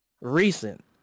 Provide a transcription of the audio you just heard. recent